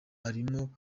harimo